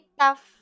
tough